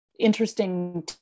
interesting